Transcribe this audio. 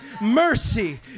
mercy